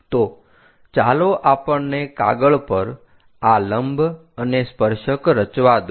તો ચાલો આપણને કાગળ પર આ લંબ અને સ્પર્શક રચવા દો